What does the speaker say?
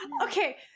Okay